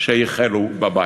שהחלו בבית.